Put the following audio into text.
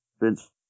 Vince